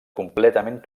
completament